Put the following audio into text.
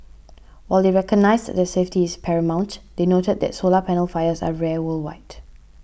while they recognised that safety is paramount they noted that solar panel fires are rare worldwide